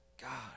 God